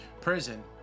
prison